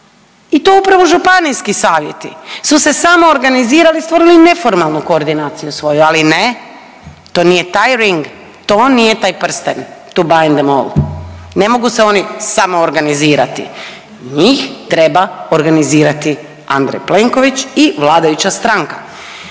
i to upravo županijski savjeti su se samoorganizirali, stvorili neformalnu koordinaciju svoju, ali ne, to nije taj ring, to nije taj prsten .../Govornik se ne razumije./... ne mogu se oni samoorganizirati, njih treba organizirati Andrej Plenković i vladajuća stranka.